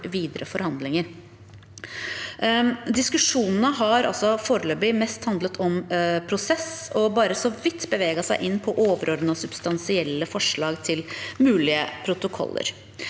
for videre forhandlinger. Diskusjonene har altså foreløpig handlet mest om prosess og bare så vidt beveget seg inn på overordnede substansielle forslag til mulige protokoller.